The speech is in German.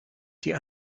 die